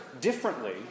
differently